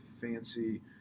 fancy